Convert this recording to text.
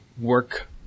work